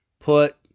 put